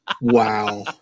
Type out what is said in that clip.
Wow